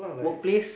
work place